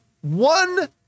One